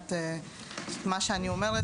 מבחינת מה שאני אומרת,